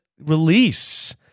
release